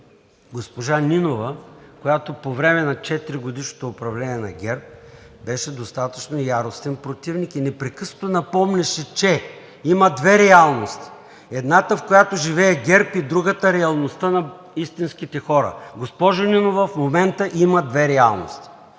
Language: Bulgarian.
госпожа Нинова, която по време на четиригодишното управление на ГЕРБ беше достатъчно яростен противник и непрекъснато напомняше, че „има две реалности – едната, в която живее ГЕРБ, и другата – реалността на истинските хора“. Госпожо Нинова, в момента има две реалности.